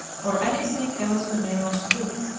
or any thing else we may want to do.